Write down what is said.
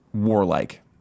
warlike